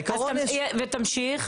ותמשיך,